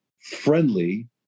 friendly